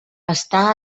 està